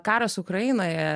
karas ukrainoje